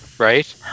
right